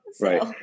right